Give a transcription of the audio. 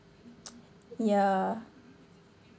ya